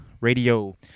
Radio